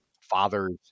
fathers